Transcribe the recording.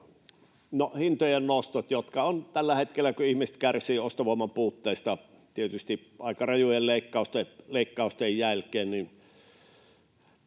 hintojen nostot, jotka ovat tällä hetkellä, kun ihmiset kärsivät ostovoiman puutteesta tietysti aika rajujen leikkausten jälkeen.